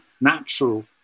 natural